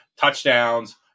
touchdowns